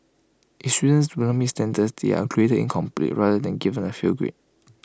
if students do not meet standards they were graded incomplete rather than given A fail grade